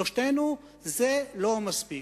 שלושתנו, זה לא מספיק.